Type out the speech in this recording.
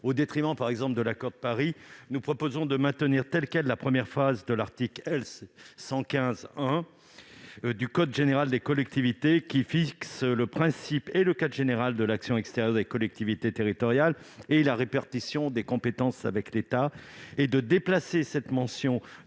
au détriment, par exemple, de l'accord de Paris. Nous proposons de maintenir telle quelle la première phrase de l'article L. 115-1 du code général des collectivités territoriales, qui fixe le principe et le cadre général de l'action extérieure des collectivités territoriales et la répartition des compétences avec l'État, et de déplacer cette mention de l'Agenda